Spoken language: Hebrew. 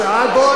אז בוא,